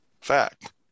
fact